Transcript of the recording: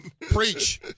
Preach